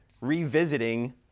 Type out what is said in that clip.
revisiting